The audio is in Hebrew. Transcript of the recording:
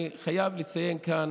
אני חייב לציין כאן